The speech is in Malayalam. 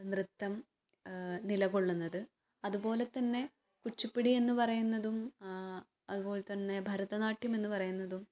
നൃത്തം നിലകൊള്ളുന്നത് അതുപോലെ തന്നെ കുച്ചിപ്പിടി എന്ന് പറയുന്നതും അതുപോലെ തന്നെ ഭരതനാട്യം എന്ന് പറയുന്നതും